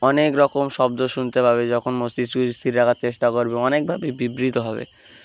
অনেক রকম শব্দ শুনতে পাবে যখন মস্তিষ্ক স্থির রাখার চেষ্টা করবে অনেকভাবেই বিবৃত হবে